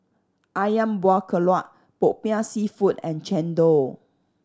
Ayam Buah Keluak Popiah Seafood and chendol